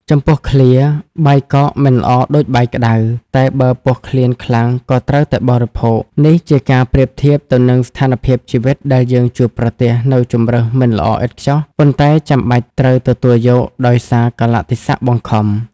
ចំពោះឃ្លា "បាយកកមិនល្អដូចបាយក្ដៅ តែបើពោះឃ្លានខ្លាំងក៏ត្រូវតែបរិភោគ" នេះជាការប្រៀបធៀបទៅនឹងស្ថានភាពជីវិតដែលយើងជួបប្រទះនូវជម្រើសមិនល្អឥតខ្ចោះ ប៉ុន្តែចាំបាច់ត្រូវទទួលយកដោយសារកាលៈទេសៈបង្ខំ។